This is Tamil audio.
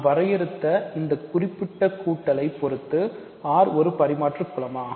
நான் வரையறுத்த இந்த குறிப்பிட்ட கூட்டலை பொறுத்து R ஒரு பரிமாற்று குலமா